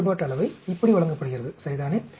மாறுபாட்டு அளவை இப்படி வழங்கப்படுகிறது சரிதானே